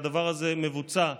הדבר הזה מבוצע ברגיל,